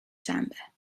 شنبه